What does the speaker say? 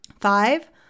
Five